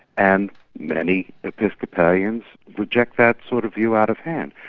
and many episcopalians reject that sort of view out of hand.